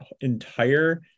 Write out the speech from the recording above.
entire